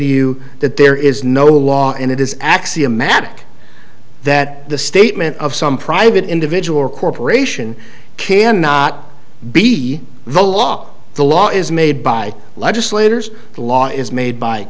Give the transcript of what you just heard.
to you that there is no law and it is axiomatic that the statement of some private individual or corporation can not be the law the law is made by legislators the law is made by